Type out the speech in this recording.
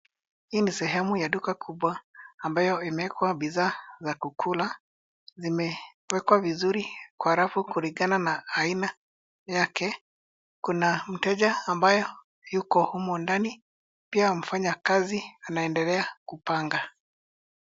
Hii ni sehemu ya duka Kubwa ambayo imewekwa bidhaa za kukula. Zimewekwa vizuri kwenye rafu kulingana na aina yake. Kuna mteja ambaye yuko humo ndani, pia mfanyakazi anaendelea kupanga.